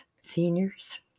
seniors